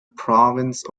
province